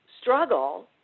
struggle